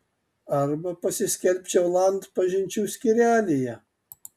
arba pasiskelbčiau land pažinčių skyrelyje